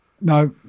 No